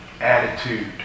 attitude